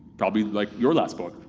probably like your last book,